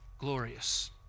glorious